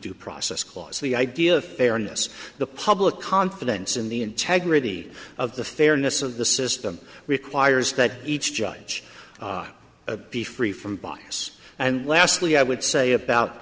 due process clause the idea of fairness the public confidence in the integrity of the fairness of the system requires that each judge of be free from bias and lastly i would say about